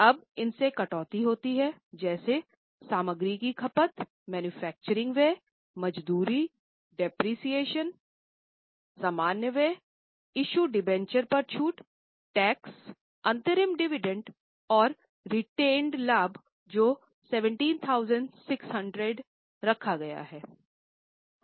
अब इनसे कटौती होती है जैसे सामग्री की खपत मैन्युफैक्चरिंग सामान्य व्ययइशू डिबेंचर पर छूट टैक्स अंतरिम डिविडेंड और रेटिनेंड लाभ जो 17600 है रखा गया है